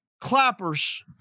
clappers